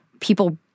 people